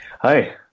Hi